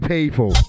People